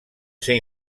ser